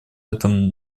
этом